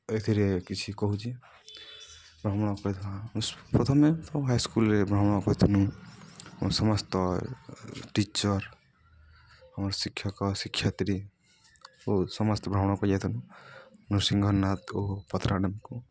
ଏଥିରେ କିଛି କହୁଛି ଭ୍ରମଣ କରି ପ୍ରଥମେ ହାଇସ୍କୁଲ୍ରେ ଭ୍ରମଣ କରିଥିନୁ ଆମ ସମସ୍ତ ଟିଚର ଆମର ଶିକ୍ଷକ ଶିକ୍ଷତ୍ରୀ ଓ ସମସ୍ତେ ଭ୍ରମଣ କରି ଯାଇଥିନୁ ନୃସିଂଘନାଥ ଓ ପଥରଘାଟକୁ